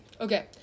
Okay